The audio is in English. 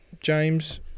James